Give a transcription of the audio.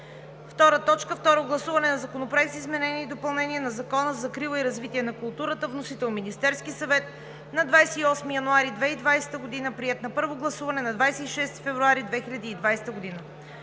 Второ гласуване на Законопроекта за изменение и допълнение на Закона за закрила и развитие на културата, вносител – Министерският съвет, 28 януари 2020 г., приет на първо гласуване на 26 февруари 2020 г.